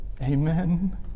amen